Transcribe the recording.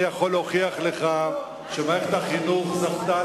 אני יכול להוכיח לך שמערכת החינוך זכתה